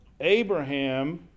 Abraham